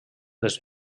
les